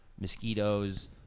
mosquitoes